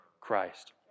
Christ